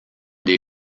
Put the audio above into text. des